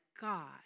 God